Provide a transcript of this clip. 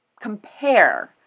compare